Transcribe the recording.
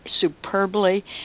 superbly